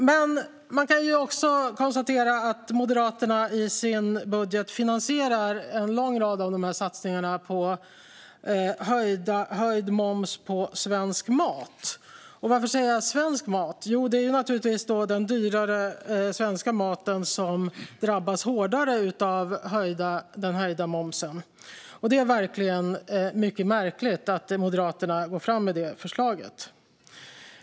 Man kan också konstatera att Moderaterna i sin budget finansierar en lång rad av de här satsningarna med höjd moms på svensk mat. Och varför säger jag svensk mat? Jo, för det är naturligtvis den dyrare svenska maten som drabbas hårdare av den höjda momsen. Det är verkligen mycket märkligt att Moderaterna går fram med det förslaget.